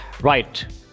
Right